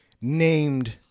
named